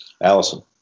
Allison